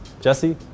Jesse